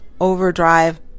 overdrive